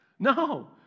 No